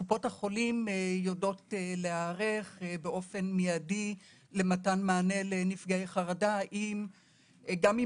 הן יודעות להיערך באופן מיידי למתן מענה לנפגעי חרדה גם אם